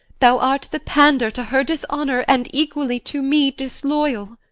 thou art the pander to her dishonour, and equally to me disloyal